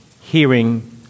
hearing